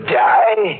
die